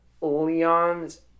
Leon's